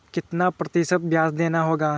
कितना प्रतिशत ब्याज देना होगा?